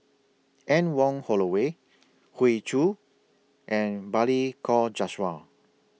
Anne Wong Holloway Hoey Choo and Balli Kaur Jaswal